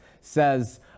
says